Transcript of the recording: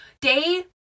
Day